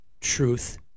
truth